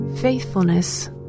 faithfulness